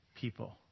people